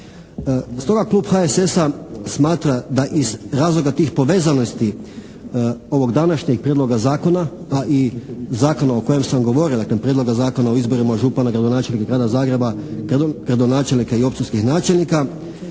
Stoga Klub HSS-a smatra da iz razloga tih povezanosti ovog današnjeg Prijedloga zakona a i zakona o kojem sam govorio dakle Prijedloga zakona o izborima župana, gradonačelnika Grada Zagreba, gradonačelnika i općinskih načelnika